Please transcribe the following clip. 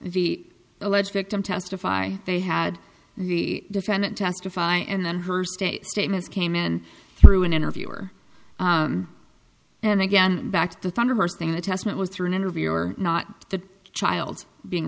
the alleged victim testify they had the defendant testify and then her state statements came in through an interviewer and again back to thunder her saying that testament was through an interviewer not the child being